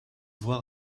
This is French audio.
voir